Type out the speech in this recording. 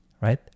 right